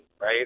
right